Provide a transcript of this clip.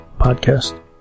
podcast